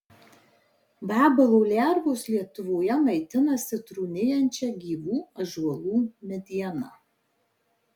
vabalo lervos lietuvoje maitinasi trūnijančia gyvų ąžuolų mediena